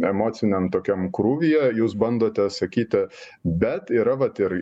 emociniam tokiam krūvyje jūs bandote sakyti bet yra vat ir ir